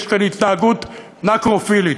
יש כאן התנהגות נקרופילית,